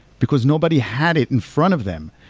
because nobody had it in front of them.